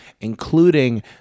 including